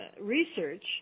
research